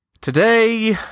Today